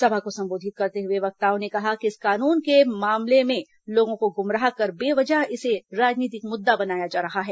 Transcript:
सभा को संबोधित करते हुए वक्ताओं ने कहा कि इस कानून के मामलें में लोगों को गुमराह कर बेवजह इसे राजनीतिक मुद्दा बनाया जा रहा है